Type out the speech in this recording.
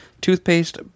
Toothpaste